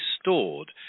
stored